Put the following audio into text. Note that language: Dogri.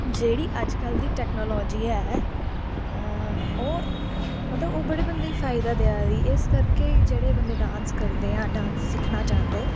जेह्ड़ी अज्जकल दी टैक्नोलाजी ऐ ओह् मतलब ओह् बड़े बंदे गी फायदा देयै दी इस करके ही जेह्ड़े बंदे डांस करदे जां डांस सिक्खना चांह्दे